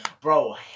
Bro